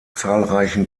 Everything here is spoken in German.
zahlreichen